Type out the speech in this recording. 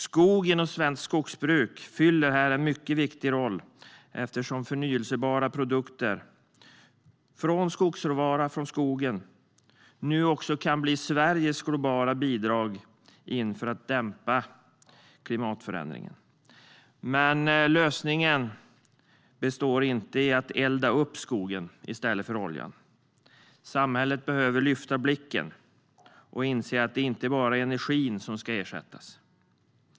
Skogen och svenskt skogsbruk fyller här en viktig roll eftersom förnybara produkter från skogsråvara kan bli Sveriges globala bidrag för att dämpa klimatförändringen. Men lösningen består inte i att elda upp skogen i stället för oljan. Samhället behöver lyfta blicken och inse att det inte bara är energin som ska ersättas.